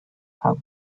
how